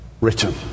written